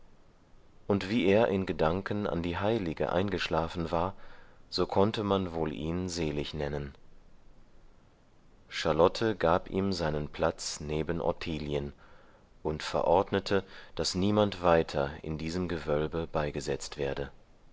und wie er in gedanken an die heilige eingeschlafen war so konnte man wohl ihn selig nennen charlotte gab ihm seinen platz neben ottilien und verordnete daß niemand weiter in diesem gewölbe beigesetzt werde